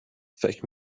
فکر